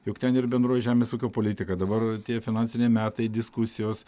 juk ten ir bendroji žemės ūkio politika dabar tie finansiniai metai diskusijos